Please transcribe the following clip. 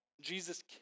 Jesus